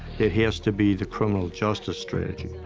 it has to be the criminal justice strategy.